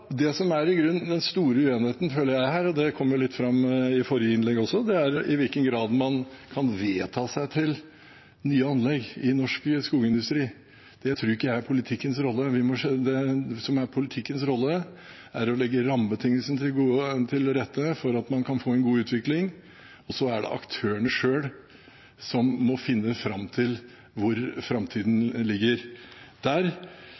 det som i grunnen er den store uenigheten, det kom litt fram i forrige innlegg også, gjelder i hvilken grad man kan vedta seg til nye anlegg i norsk skogindustri. Det tror ikke jeg er politikkens rolle. Det som er politikkens rolle, er å legge rammebetingelsene til rette for at man kan få en god utvikling, og så er det aktørene selv som må finne fram til hvor framtida ligger. Der